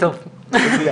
אני רוצה